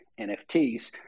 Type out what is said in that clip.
NFTs